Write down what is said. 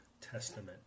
Testament